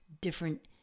different